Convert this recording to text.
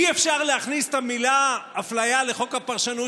אי-אפשר להכניס את המילה אפליה לחוק הפרשנות,